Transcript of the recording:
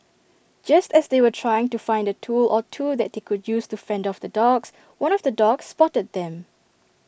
just as they were trying to find A tool or two that they could use to fend off the dogs one of the dogs spotted them